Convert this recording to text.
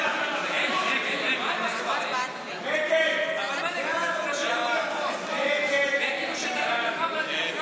והביטחון בדבר פיצול הצעת חוק הסמכת שירות הביטחון הכללי לסייע